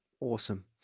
Awesome